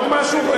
עוד משהו?